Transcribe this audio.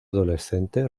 adolescente